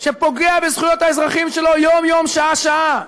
שפוגע בזכויות האזרחים שלו יום-יום שעה-שעה,